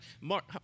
Mark